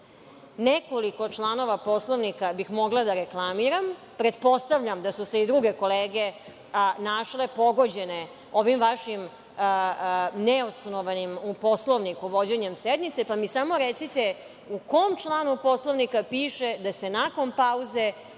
članova Poslovnika bih mogla da reklamiram. Pretpostavljam da su se i druge kolege našle pogođene ovim vašim neosnovanim, u Poslovniku, vođenjem sednice, pa mi samo recite u kom članu Poslovnika piše da se nakon pauze